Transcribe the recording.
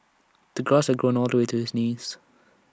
the grass had grown all the way to his knees